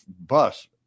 bus